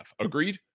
Agreed